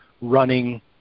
running